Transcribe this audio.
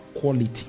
quality